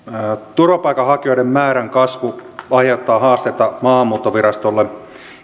turvapaikanhakijoiden määrän kasvu aiheuttaa haasteita maahanmuuttovirastolle